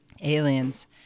Aliens